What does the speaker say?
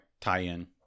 tie-in